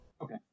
Okay